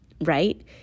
right